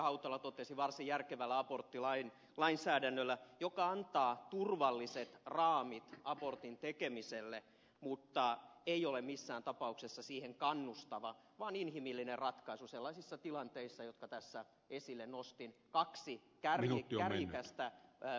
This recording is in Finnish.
hautala totesi varsin järkevällä aborttilainsäädännöllä joka antaa turvalliset raamit abortin tekemiselle mutta ei ole missään tapauksessa siihen kannustava vaan inhimillinen ratkaisu sellaisissa tilanteissa jotka tässä esille nostin kaksi kärjekästä erittäin valitettavaa tapausta